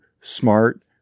smart